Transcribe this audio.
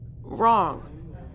wrong